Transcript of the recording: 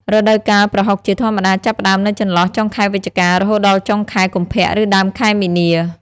រដូវកាលប្រហុកជាធម្មតាចាប់ផ្តើមនៅចន្លោះចុងខែវិច្ឆិកា រហូតដល់ចុងខែកុម្ភៈ ឬដើមខែមីនា។